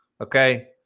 Okay